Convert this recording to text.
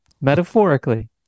metaphorically